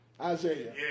Isaiah